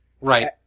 Right